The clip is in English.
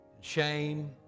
shame